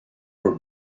were